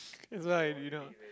that's why I agree now